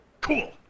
Cool